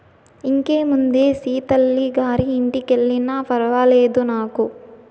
ఇంకేముందే సీతల్లి గారి ఇంటికెల్లినా ఫర్వాలేదు నాకు